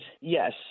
yes